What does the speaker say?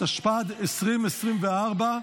התשפ"ד 2024,